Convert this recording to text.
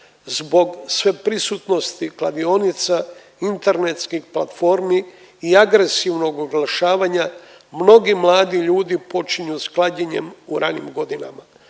zbog sveprisutnosti kladionica, internetskih platformi i agresivnog oglašavanja mnogi mladi ljudi počinju sa klađenjem u ranijim godinama.